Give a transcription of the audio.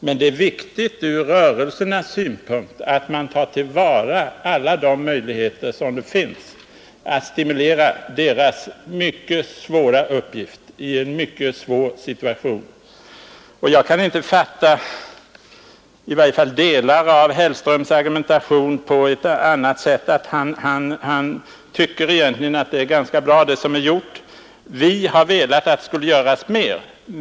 Men det är viktigt från rörelsernas synpunkt att man tar till vara alla de möjligheter som finns att stimulera dem i deras mycket svåra uppgift i en vansklig situation, och jag kan inte fatta i varje fall delar av herr Hellströms argumentation på ett annat sätt än att han tycker egentligen att det som är gjort är ganska bra. Vi har velat få till stånd större insatser.